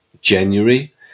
January